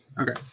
Okay